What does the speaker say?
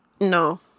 No